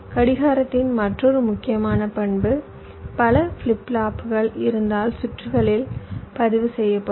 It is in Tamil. கடிகாரத்தின் மற்றொரு முக்கியமான பண்பு பல ஃபிளிப் ஃப்ளாப்புகள் இருந்தால் சுற்றுகளில் பதிவு செய்யப்படும்